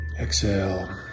exhale